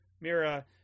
Mira